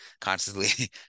constantly